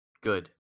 good